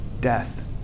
death